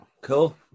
Cool